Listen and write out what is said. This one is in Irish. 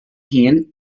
féin